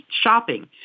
shopping